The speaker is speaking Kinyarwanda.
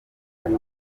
ari